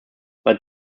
but